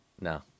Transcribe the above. No